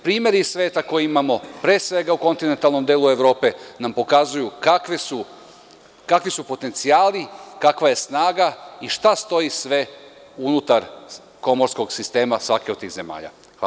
Primeri iz sveta koje imamo, pre svega u kontinentalnom delu Evrope nam pokazuju kakvi su potencijali, kakva je snaga i šta stoji sve unutar komorskog sistema svake od tih zemalja.